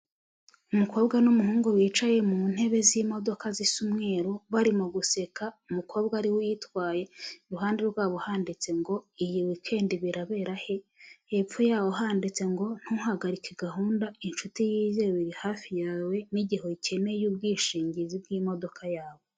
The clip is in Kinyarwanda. Umukobwa n'umuhungu bicaye mu ntebe z'imodoka zisa umweru barimo guseka, umukobwa ariwe uyitwaye. Iruhande rwabo handitse ngo “ Iyi wikendi birabera he?”, hepfo yaho handitse ngo “ Ntuhagarike gahunda inshuti yizewe hafi yawe n’igihe ukeneye ubwishingizi bw’imodoka yawe”.